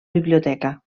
biblioteca